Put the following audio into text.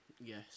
Yes